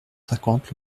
cinquante